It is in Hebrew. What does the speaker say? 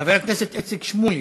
חבר הכנסת איציק שמולי,